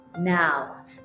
Now